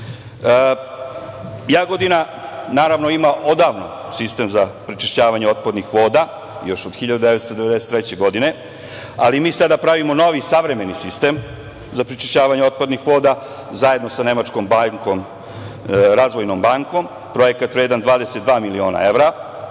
politika. Jagodina ima odavno sistem za prečišćavanje otpadnih voda, još od 1993. godine, ali mi sada pravimo novi, savremeni sistem za prečišćavanje otpadnih voda, zajedno sa nemačkom razvojnom bankom, projekat vredan 22 miliona evra,